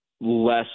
less